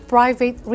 Private